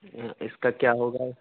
اس کا کیا ہوگا